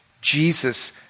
Jesus